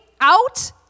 out